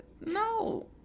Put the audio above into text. No